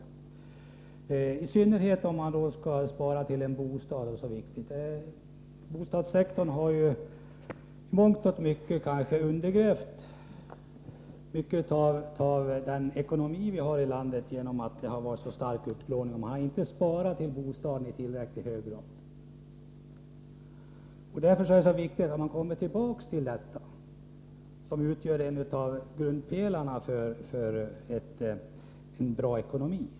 Att binda sparmedlen är viktigt i synnerhet för dem som skall spara till en bostad. Bostadssektorn med sin omfattande upplåning har i mångt och mycket undergrävt landets ekonomi. Människor har inte sparat till sin bostad i tillräckligt hög grad. Därför är det viktigt att återinföra stimulanserna för bostadssparandet.